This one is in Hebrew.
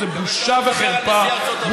זה בושה וחרפה.